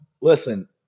listen